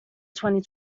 twenty